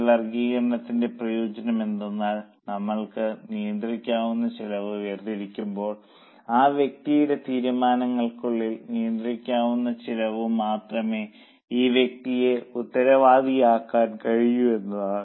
ഈ വർഗ്ഗീകരണത്തിന്റെ പ്രയോജനം എന്തെന്നാൽ നമ്മൾക്ക് നിയന്ത്രിക്കാവുന്ന ചെലവ് വേർതിരിക്കുമ്പോൾ ആ വ്യക്തിയുടെ തീരുമാനങ്ങൾക്കുള്ളിൽ നിയന്ത്രിക്കാവുന്ന ചെലവിന് മാത്രമേ ആ വ്യക്തിയെ ഉത്തരവാദിയാക്കാൻ കഴിയൂ എന്നതാണ്